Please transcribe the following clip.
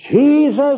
Jesus